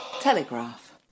Telegraph